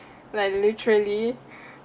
like literally